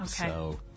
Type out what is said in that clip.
okay